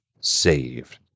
saved